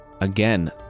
again